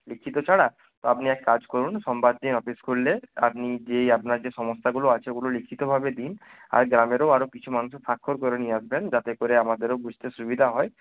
লিখিত ছাড়া তো আপনি এক কাজ করুন সোমবার দিন অফিস খুললে আপনি যেই আপনার যে সমস্যাগুলো আছে ওগুলো লিখিতভাবে দিন আর গ্রামেরও আরও কিছু মানুষের স্বাক্ষর করে নিয়ে আসবেন যাতে করে আমাদেরও বুঝতে সুবিধা হয়